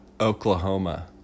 Oklahoma